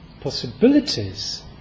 possibilities